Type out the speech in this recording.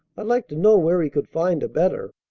i'd like to know where he could find a better.